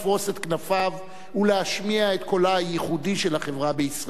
את כנפיו ולהשמיע את קולה הייחודי של החברה בישראל.